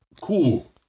cool